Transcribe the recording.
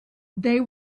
they